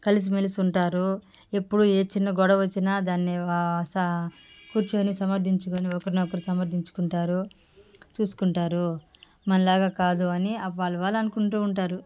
కలిసిమెలిసి ఉంటారు ఎప్పుడు ఏ చిన్న గొడవొచ్చినా దాన్ని సా కూర్చొని సమర్ధించుకోని ఒకరినొకరు సమర్ధించుకుంటారు చూసుకుంటారు మనలాగా కాదు అని వాళ్ళు వాళ్ళు అనుకుంటూ ఉంటారు